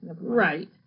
Right